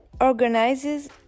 organizes